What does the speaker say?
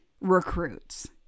recruits